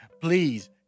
Please